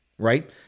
Right